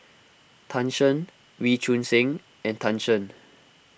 Tan Shen Wee Choon Seng and Tan Shen